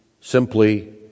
simply